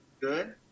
Good